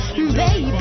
Baby